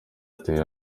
uteye